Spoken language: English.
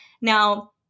Now